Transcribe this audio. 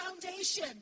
foundation